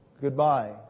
Goodbye